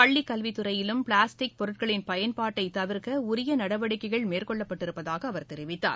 பள்ளக்கல்வித் துறையிலும் பிளாஸ்டிக் பொருட்களின் பயன்பாட்டை தவிர்க்க உரிய நடவடிக்கைகள் மேற்கொள்ளப்பட்டிருப்பதாக அவர் தெரிவித்தார்